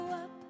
up